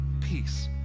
peace